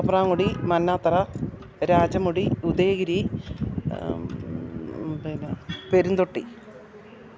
തോപ്രാങ്കുടി മന്നാത്തറ രാജമുടി ഉദയഗിരി പിന്നെ പെരുന്തൊട്ടി